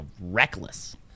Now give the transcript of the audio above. reckless